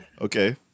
okay